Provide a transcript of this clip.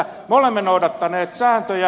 me olemme noudattaneet sääntöjä